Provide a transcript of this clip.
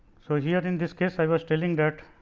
so, here in this case, i was telling that